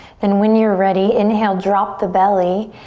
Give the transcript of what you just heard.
then when you're ready, inhale, drop the belly,